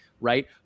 Right